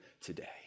today